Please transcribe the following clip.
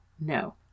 no